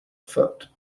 foot